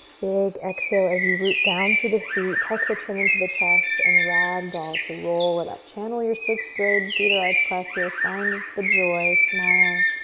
big exhale as you root down through the feet, tuck the chin into the chest, and rag doll to roll it up. channel your sixth grade theater arts class here. find the joy, smile.